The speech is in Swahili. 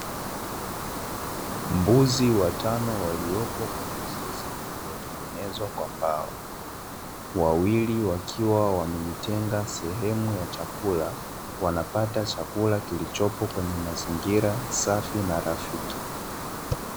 Mbuzi watano waliopo kwenye zizi lililotengenezwa kwa mbao wawili, wakiwa wamejitenga sehemu ya chakula, wanapata chakula kilichomo kwenye mazingira safi na rafiki.